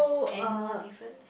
any more difference